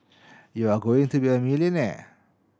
you're going to be a millionaire